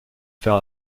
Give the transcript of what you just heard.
faire